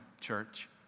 church